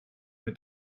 mit